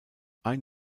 ein